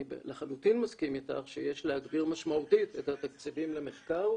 אני לחלוטין מסכים איתך שיש להגביר משמעותית את התקציבים למחקר,